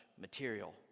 material